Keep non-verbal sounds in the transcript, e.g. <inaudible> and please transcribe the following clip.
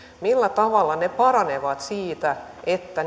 millä tavalla ne paranevat siitä että <unintelligible>